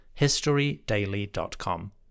historydaily.com